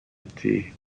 était